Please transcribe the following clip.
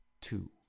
two